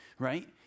right